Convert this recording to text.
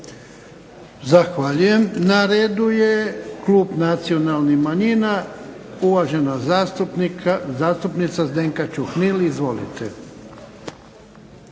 Zahvaljujem. Na redu je klub Nacionalnih manjina, uvažena zastupnica Zdenka Čuhnil. Izvolite.